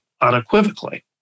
unequivocally